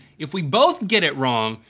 if we both get it wrong,